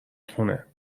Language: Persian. خونه